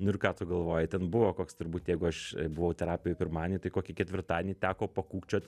nu ir ką tu galvoji ten buvo koks turbūt jeigu aš buvau terapijoj pirmadienį tai kokį ketvirtadienį teko pakūkčiot